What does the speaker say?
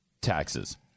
Taxes